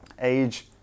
age